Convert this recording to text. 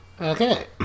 Okay